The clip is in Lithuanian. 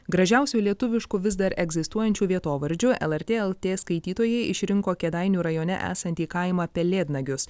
gražiausių lietuviškų vis dar egzistuojančių vietovardžių lrt lt skaitytojai išrinko kėdainių rajone esantį kaimą pelėdnagius